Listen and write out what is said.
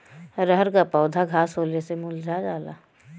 रहर क पौधा घास होले से मूरझा जाला